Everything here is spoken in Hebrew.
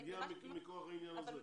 הוא הגיע מכוח העניין הזה.